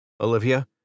Olivia